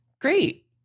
great